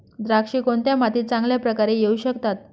द्राक्षे कोणत्या मातीत चांगल्या प्रकारे येऊ शकतात?